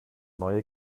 neue